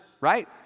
right